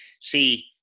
See